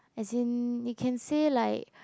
as in you can say like